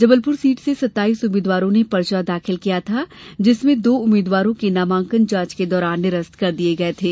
Jabalpur seat से सत्ताईस उम्मीद्वारों ने पर्चा दाखिल किया था जिसमें दो उम्मीदवारों के नामांकन जांच के दौरान निरस्त कर दिये गये थे